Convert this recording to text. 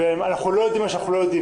אנחנו לא יודעים את מה שאנחנו לא יודעים,